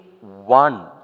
one